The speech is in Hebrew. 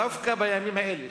דווקא בימים האלה,